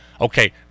okay